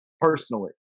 personally